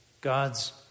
God's